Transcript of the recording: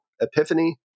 epiphany